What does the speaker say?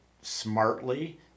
smartly